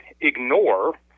ignore